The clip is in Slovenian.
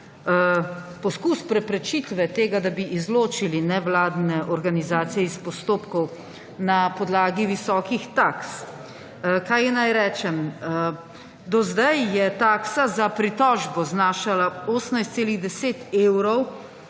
poskus preprečitve tega, da bi izločili nevladne organizacije iz postopkov na podlagi visokih taks. Kaj naj rečem? Do zdaj je taksa za pritožbo znašala 18,10 evra,